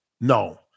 no